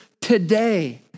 today